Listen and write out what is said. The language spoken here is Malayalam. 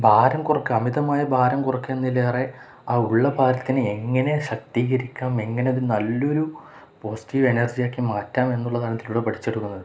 ഭാരം കുറയ്ക്കുക അമിതമായ ഭാരം കുറയ്ക്കുന്നതിലേറെ ആ ഉള്ള ഭാരത്തിനെ എങ്ങനെ ശാക്തീകരിക്കാം എങ്ങനെയതു നല്ലൊരു പോസിറ്റീവ് എനർജി ആക്കി മാറ്റാം എന്നുള്ളതാണിതിലൂടെ പഠിച്ചെടുക്കുന്നത്